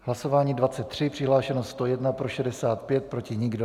Hlasování 23, přihlášeno 101, pro 65, proti nikdo .